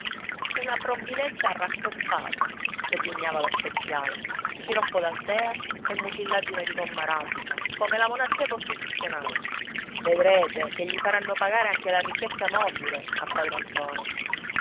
una provvidenza rattoppata sogghignava lo speziale sciroppo d'altea e mucillaggine di gomma arabica come la monarchia costituzionale vedrete che gli faranno pagare anche la ricchezza mobile a padron ntoni